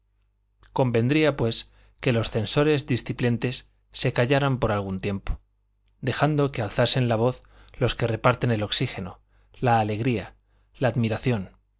convendría pues que los censores disciplentes se callarán por algún tiempo dejando que alzasen la voz los que repartan el oxígeno la alegría la admiración